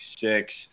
six